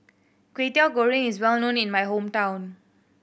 Kwetiau Goreng is well known in my hometown